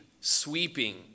sweeping